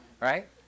Right